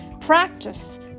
Practice